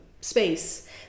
space